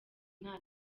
nta